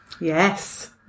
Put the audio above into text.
Yes